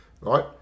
right